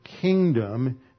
kingdom